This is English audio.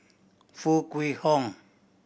Foo Kwee Horng